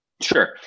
Sure